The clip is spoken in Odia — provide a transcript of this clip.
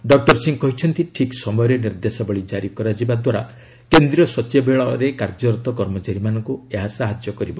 ଡକୁର ସିଂ କହିଛନ୍ତି ଠିକ୍ ସମୟରେ ନିର୍ଦ୍ଦେଶାବଳୀ ଜାରି କରାଯିବା ଦ୍ୱାରା କେନ୍ଦ୍ରୀୟ ସଚିବାଳୟରେ କାର୍ଯ୍ୟରତ କର୍ମଚାରୀମାନଙ୍କୁ ଏହା ସହାଯ୍ୟ କରିବ